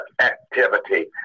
activity